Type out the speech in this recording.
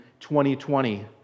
2020